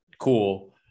cool